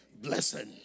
Blessing